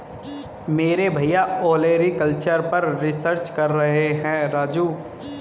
मेरे भैया ओलेरीकल्चर पर रिसर्च कर रहे हैं राजू